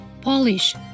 Polish